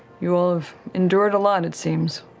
you all have endured a lot, it seems.